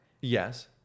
Yes